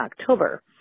October